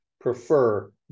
prefer